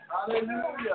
Hallelujah